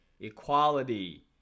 equality